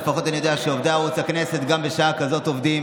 לפחות אני יודע שעובדי ערוץ הכנסת גם בשעה כזאת עובדים